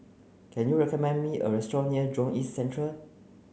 can you recommend me a restaurant near Jurong East Central